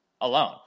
alone